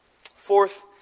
Fourth